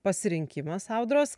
pasirinkimas audros